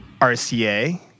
RCA